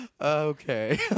Okay